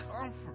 comfort